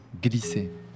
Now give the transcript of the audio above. Glisser